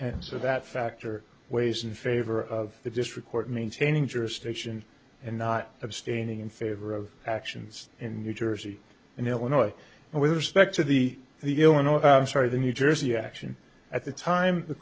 and so that factor weighs in favor of the district court maintaining jurisdiction and not abstaining in favor of actions in new jersey and illinois with respect to the the illinois i'm sorry the new jersey action at the time the